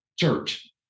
church